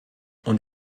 und